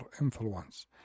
influence